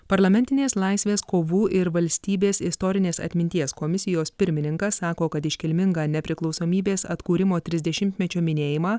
parlamentinės laisvės kovų ir valstybės istorinės atminties komisijos pirmininkas sako kad iškilmingą nepriklausomybės atkūrimo trisdešimtmečio minėjimą